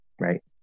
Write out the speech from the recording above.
right